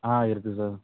ஆ இருக்குது சார்